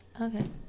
Okay